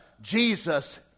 Jesus